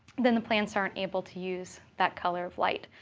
then the plants aren't able to use that color of light.